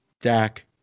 Dak